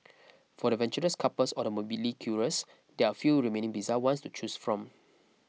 for the adventurous couples or the morbidly curious there are few remaining bizarre ones to choose from